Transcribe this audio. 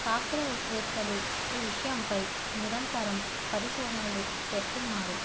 శాస్త్రవేత్తలు ఈ విషయంపై నిరంతరం పరిశోధనలు చేస్తున్నారు